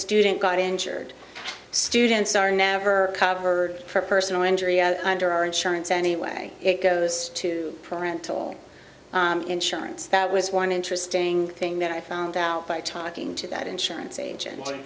student got injured students are never covered for personal injury and our insurance anyway it goes to parental insurance that was one interesting thing that i found out by talking to that insurance agent